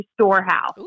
storehouse